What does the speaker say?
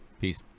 Peace